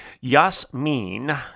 Yasmin